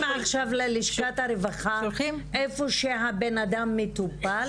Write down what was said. עכשיו ללשכת הרווחה היכן שהאדם מטופל?